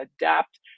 adapt